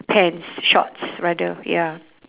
pants shorts rather ya